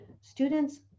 students